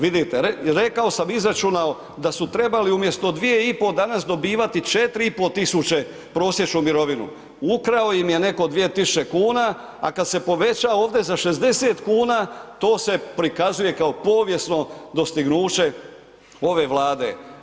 Vidite, rekao sam i izračunao da su trebali umjesto 2 i pol danas dobivati 4500 prosječnu mirovinu, ukrao im je netko 2000 kuna a kad se poveća ovdje za 60 kuna, to se prikazuje kao povijesno dostignuće ove Vlade.